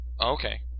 Okay